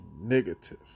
negative